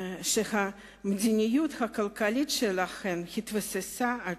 שהמדיניות הכלכלית שלהן התבססה על